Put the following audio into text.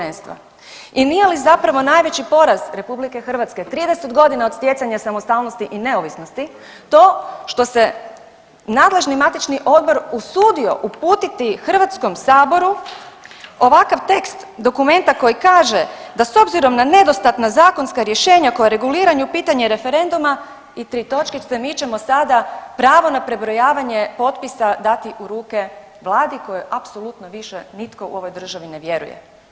I nije li zapravo najveći poraz RH 30.g. od stjecanja samostalnosti i neovisnosti to što se nadležni matični odbor usudio uputiti HS ovakav tekst dokumenta koji kaže da s obzirom na nedostatna zakonska rješenja koja reguliraju pitanje referenduma i tri točkice, mi ćemo sada pravo na prebrojavanje potpisa dati u ruke vladi kojoj apsolutno više nitko u ovoj državi ne vjeruje.